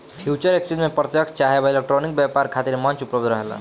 future exchange में प्रत्यकछ चाहे इलेक्ट्रॉनिक व्यापार खातिर मंच उपलब्ध रहेला